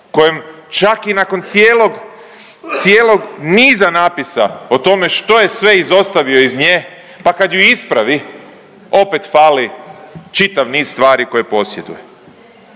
kojem čak i nakon cijelog, cijelog niza napisa o tome što je sve izostavio iz nje, pa kad ju ispravi opet fali čitav niz stvari koje posjeduje.